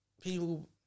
people